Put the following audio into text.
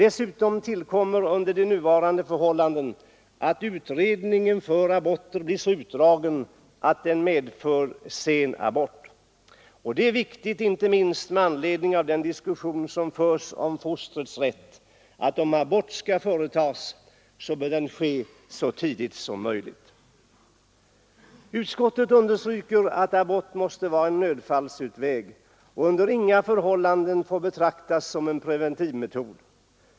Dessutom tillkommer under de nuvarande förhållandena att utredningen före aborten blir så utdragen att den medför sen abort. Och det är viktigt, inte minst med anledning av den diskussion som förs om fostrets rätt, att om abort skall företagas så bör den ske så tidigt som möjligt. Utskottet understryker att abort måste vara en nödfallsutväg och under inga förhållanden får betraktas som en preventivmetod.